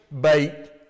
bait